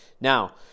Now